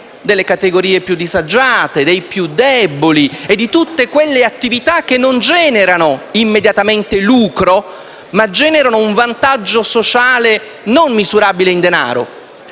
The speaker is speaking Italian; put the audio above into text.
delle categorie più disagiate, dei più deboli e di tutte quelle attività che non generano immediatamente lucro, ma un vantaggio sociale non misurabile in denaro.